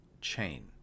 chain